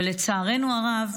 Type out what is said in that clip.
ולצערנו הרב,